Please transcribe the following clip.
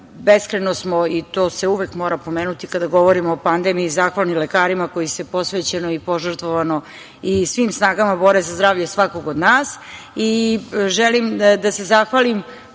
Beskrajno smo, i to se uvek mora pomenuti kada govorimo o pandemiji, zahvalni lekarima koji se posvećeno i požrtvovano i svim snagama bore za zdravlje svakog od nas.I želim da se zahvalim